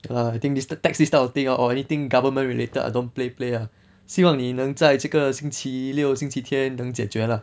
I think this the tax this type of thing or anything government related ah don't play play ah 希望你能在这个星期六星期天能解决啦